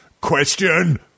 question